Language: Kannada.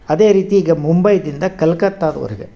ಅದೇ ರೀತಿ ಈಗ ಮುಂಬೈದಿಂದ ಕಲ್ಕತ್ತಾದವರೆಗೆ